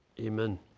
Amen